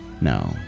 No